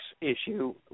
issue